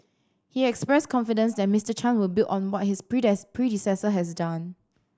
he expressed confidence that Mister Chan would build on what his predecessor has done